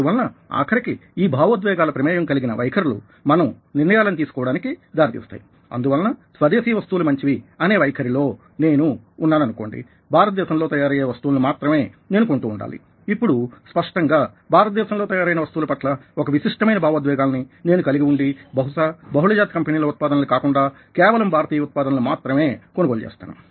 అందువలన ఆఖరికి ఈ భావోద్వేగాల ప్రమేయం కలిగిన వైఖరులు మనం నిర్ణయాలని తీసుకోవడానికి దారితీస్తాయి అందువలన స్వదేశీ వస్తువులు మంచివి అనే వైఖరిలో లో నేను ఉన్నాను అనుకోండి భారతదేశంలో తయారయ్యే వస్తువులను మాత్రమే నేను కొంటూ ఉండాలి ఇప్పుడు స్పష్టంగా భారతదేశంలో తయారైన వస్తువుల పట్ల ఒక విశిష్టమైన భావోద్వేగాలని నేను కలిగి ఉండి బహుశా బహుళజాతి కంపెనీల ఉత్పాదనలని కాకుండా కేవలం భారతీయ ఉత్పాదనలను మాత్రమే కొనుగోలు చేస్తాను